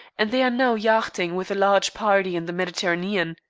and they are now yachting with a large party in the mediterranean.